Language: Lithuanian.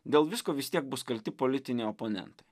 dėl visko vis tiek bus kalti politiniai oponentai